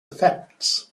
effects